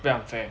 very unfair